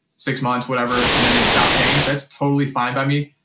six months, whatever, and then they stop paying, that's totally fine by me.